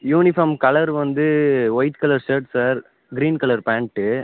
uniform colour வந்து white colour shirt sir green colour pant